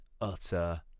utter